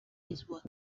eastward